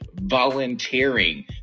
volunteering